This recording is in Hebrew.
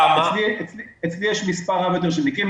אצלי יש מספר רב יותר של מקרים.